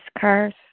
cars